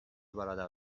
برادر